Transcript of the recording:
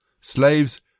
Slaves